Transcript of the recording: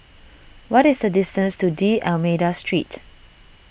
what is the distance to D'Almeida Street